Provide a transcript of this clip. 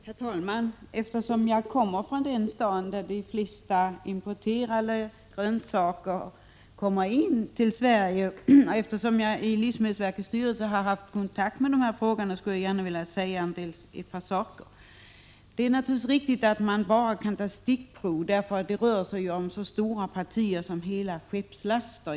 Herr talman! Eftersom jag kommer från den stad där de flesta importerade grönsakerna förs in i Sverige och eftersom jag i livsmedelsverkets styrelse haft kontakt med dessa frågor, skulle jag gärna vilja säga ett par saker. Det är naturligtvis riktigt att man bara kan ta stickprov, därför att det rör sig om så stora partier, ibland hela skeppslaster.